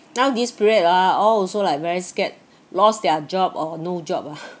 now this period ah all also like very scared lost their job or no job ah